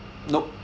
nope